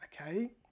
Okay